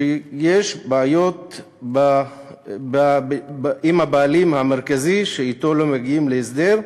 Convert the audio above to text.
שיש בעיות עם הבעלים המרכזי שאתו לא מגיעים להסדר.